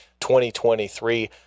2023